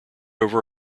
over